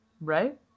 right